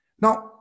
Now